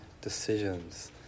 decisions